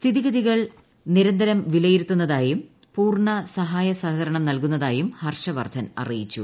സ്ഥിതിഗതികൾ നിരന്തരം വിലയിരുത്തുന്നുന്നതായും പൂർണ്ണ സഹായ സഹകരണം നൽകുന്നതായും ഹർഷവർദ്ധൻ അറിയിച്ചു